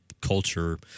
culture